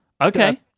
Okay